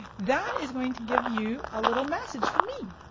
that is going to give you a little message from me.